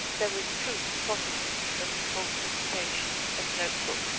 there was proof positive of falsification of notebooks,